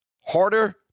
harder